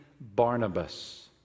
Barnabas